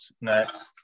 next